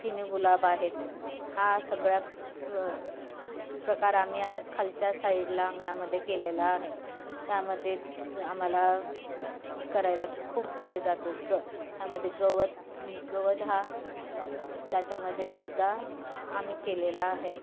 चिनी गुलाब आहेत हा सगळ्या प प्रकार आम्ही खालच्या साईडला अंगणामध्ये केलेला आहे त्यामध्ये आम्हाला करायला खूप वेळ जातो ग त्यामदे गवत गवत हा त्याच्यामध्ये सुुद्धा आम्ही केलेला आहे